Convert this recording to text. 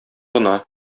гына